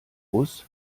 bus